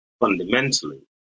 fundamentally